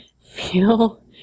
feel